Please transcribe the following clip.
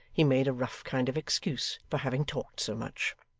he made a rough kind of excuse for having talked so much.